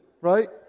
right